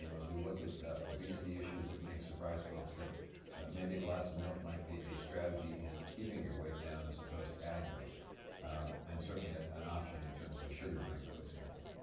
you know as we look at obesity issues it may surprise folks that maybe a glass of milk might be a strategy in keeping your weight down as opposed to adding weight and certainly ah an option in terms of a sugar drink, for example.